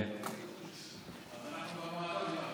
אז אנחנו חברים באותו מועדון.